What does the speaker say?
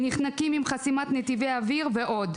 נחנקים עם חסימת נתיבי אוויר ועוד.